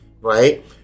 right